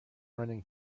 running